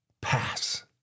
pass